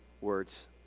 words